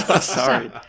Sorry